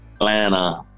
Atlanta